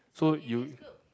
so you